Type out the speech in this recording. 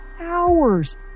hours